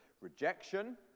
rejection